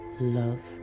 love